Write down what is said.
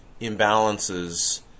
imbalances